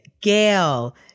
gail